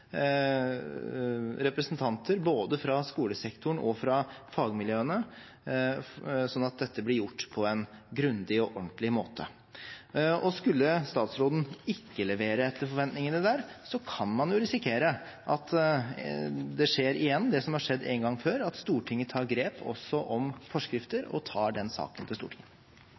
representanter både fra skolesektoren og fra fagmiljøene, slik at dette blir gjort på en grundig og ordentlig måte. Skulle statsråden ikke levere etter forventningene der, kan man risikere at det skjer igjen, det som har skjedd en gang før, at Stortinget tar grep også om forskrifter og tar den saken til Stortinget.